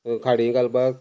खाडी घालपाक